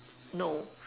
no